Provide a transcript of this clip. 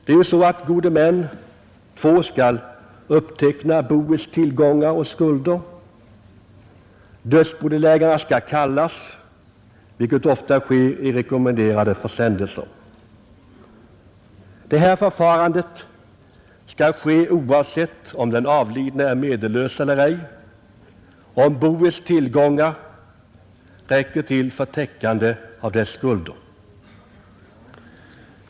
Det är ju så att två gode män skall uppteckna boets tillgångar och skulder, och dödsbodelägarna skall kallas, vilket ofta sker i rekommenderade försändelser. Det här förfarandet skall tillämpas oavsett om den avlidne är medellös eller ej, om boets tillgångar räcker till för täckandet av dess skulder.